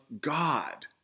God